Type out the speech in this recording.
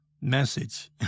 message